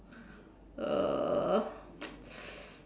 uh